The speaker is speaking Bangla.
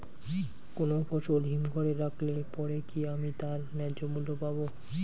কোনো ফসল হিমঘর এ রাখলে পরে কি আমি তার ন্যায্য মূল্য পাব?